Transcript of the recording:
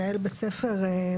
יש שם מנהל בית ספר מדהים.